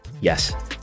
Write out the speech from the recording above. yes